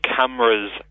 cameras